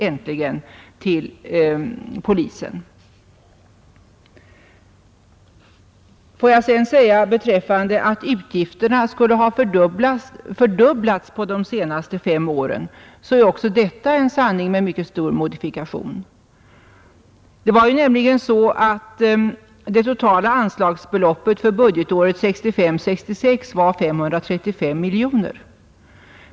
Beträffande påståendet att utgifterna under de senaste fem åren skulle ha fördubblats vill jag säga att också detta är en sanning med mycket stor modifikation. Det totala anslagsbeloppet för budgetåret 1965/66 var 535 miljoner.